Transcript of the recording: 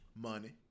Money